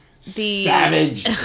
Savage